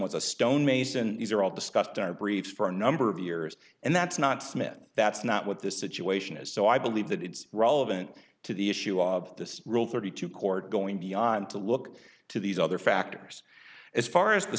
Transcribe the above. was a stonemason these are all discussed data breach for a number of years and that's not smit that's not what this situation is so i believe that it's relevant to the issue of this rule thirty two court going beyond to look to these other factors as far as the